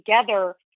together